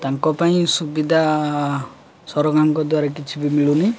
ତାଙ୍କ ପାଇଁ ସୁବିଧା ସରକାରଙ୍କ ଦ୍ୱାରା କିଛି ବି ମିଳୁନି